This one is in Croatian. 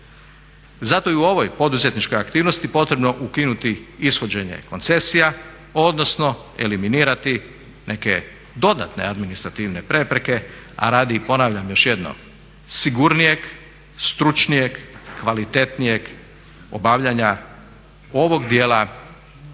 Zato i u ovoj poduzetničkoj aktivnosti potrebno ukinuti ishođenje koncesija, odnosno eliminirati neke dodatne administrativne prepreke a radi, i ponavljam još jednom, sigurnijeg, stručnijeg, kvalitetnijeg obavljanja ovog djela